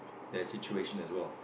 that is situation as well